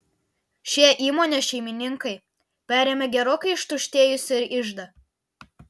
šie įmonės šeimininkai perėmė gerokai ištuštėjusį iždą